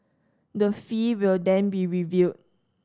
the fee will then be reviewed